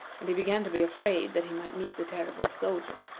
and he began to be afraid that he might meet the terrible soldier.